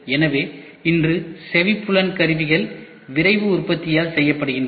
எனவே இன்று செவிப்புலன் கருவிகள் விரைவு உற்பத்தியால் செய்யப்படுகின்றன